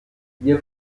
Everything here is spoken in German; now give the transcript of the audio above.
wir